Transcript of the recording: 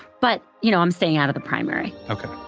but, you know, i'm staying out of the primary. okay.